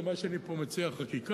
למה אני פה מציע חקיקה,